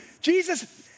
Jesus